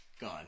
Gone